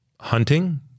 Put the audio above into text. hunting